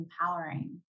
empowering